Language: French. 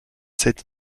sept